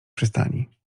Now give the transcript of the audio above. przystani